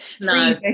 no